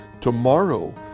Tomorrow